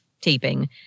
taping